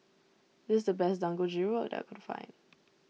this the best Dangojiru that I can find